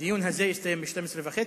הדיון הזה יסתיים ב-12:30,